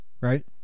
right